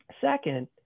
Second